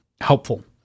helpful